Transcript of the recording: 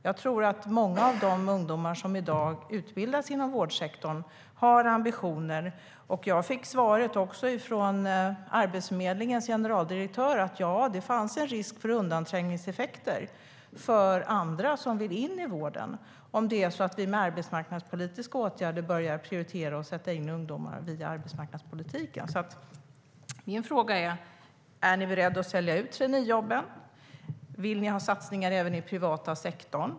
Jag tror att många av de ungdomar som i dag utbildas inom vårdsektorn har ambitioner. Mina frågor är därför: Är ni beredda att sälja ut traineejobben? Vill ni ha satsningar även i den privata sektorn?